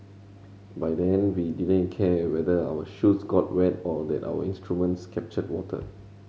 by then we didn't care whether our shoes got wet or that our instruments captured water